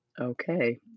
okay